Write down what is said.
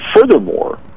furthermore